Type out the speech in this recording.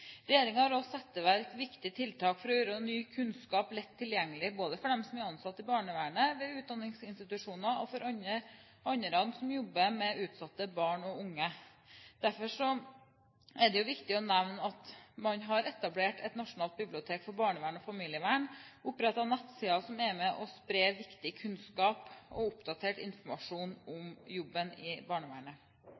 har også satt i verk viktige tiltak for å gjøre ny kunnskap lett tilgjengelig for dem som er ansatt i barnevernet, ved utdanningsinstitusjoner og for andre som jobber med utsatte barn og unge. Derfor er det viktig å nevne at man har etablert Nasjonalt bibliotek for barnevern og familievern og opprettet nettsider som er med på å spre viktig kunnskap og oppdatert informasjon om